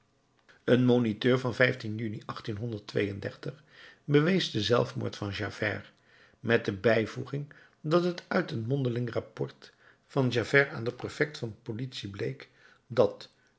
een moniteur van juni bewees den zelfmoord van javert met de bijvoeging dat het uit een mondeling rapport van javert aan den prefect van politie bleek dat